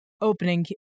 opening